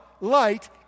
light